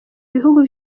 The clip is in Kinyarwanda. bihugu